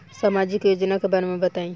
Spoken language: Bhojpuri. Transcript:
सामाजिक योजना के बारे में बताईं?